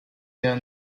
der